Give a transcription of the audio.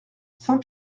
saint